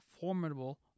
formidable